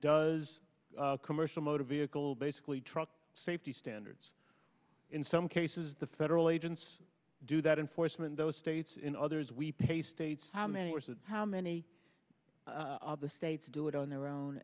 does commercial motor vehicle basically truck safety standards in some cases the federal agents do that in forstmann those states in others we pay states how many how many of the states do it on their